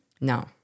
No